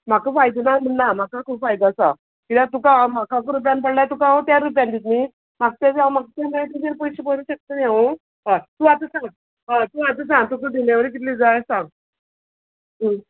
म्हाका फायदो ना म्हण णा म्हाका खूब फायदो आसा किद्या तुका हांव म्हाका इकरा रुपयान पळ्ळा तुका हांव तेर रुपयान दित न्ही म्हाक ते जावं म्हाक किदें मेळट्ले ते पयशे भरूं शकत न्ही हांव अ तूं आतां सांग ह तूं आतां सांग तुका डिलेवरी कितली जाय सांग